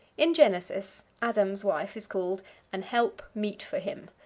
in genesis adam's wife is called an help meet for him,